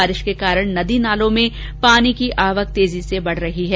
बारिश के कारण नदी नालों में पानी की आवक ेतेजी से बढ रही है